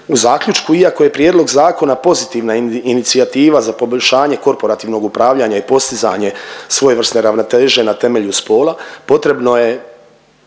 U zaključku, iako je prijedlog zakona pozitivna inicijativa za poboljšanje korporativnog upravljanja i postizanje svojevrsne ravnoteže na temelju spola, potrebno je